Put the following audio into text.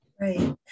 Right